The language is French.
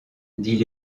dit